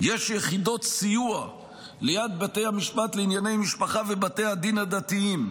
יש יחידות סיוע ליד בתי המשפט לענייני משפחה ובתי הדין הדתיים,